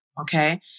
okay